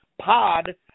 pod